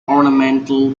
ornamental